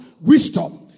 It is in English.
Wisdom